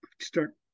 start